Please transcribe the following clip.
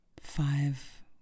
five